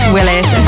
Willis